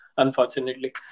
Unfortunately